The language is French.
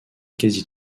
quasi